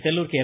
Sellur K